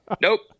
Nope